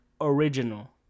original